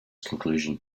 conclusion